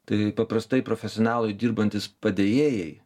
tai paprastai profesionalui dirbantys padėjėjai